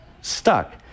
stuck